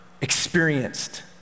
experienced